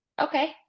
okay